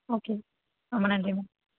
okay ரொம்ப நன்றி ma'am